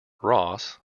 ross